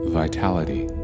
vitality